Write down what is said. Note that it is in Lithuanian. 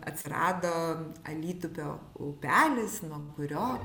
atsirado alytupio upelis nuo kurio